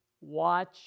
watch